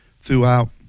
throughout